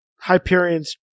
Hyperion's